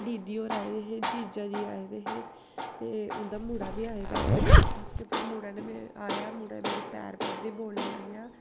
दीदी होर आए दे हे जीजा जी आए दे हे ते उं'दा मुड़ा बी आए दा हा ते फ्ही मुड़े ने में आया मुड़े ने मेरे पैर बंदे बोलन लगेआ